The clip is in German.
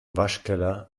waschkeller